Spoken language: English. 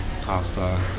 pasta